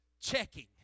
checking